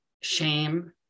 shame